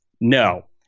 No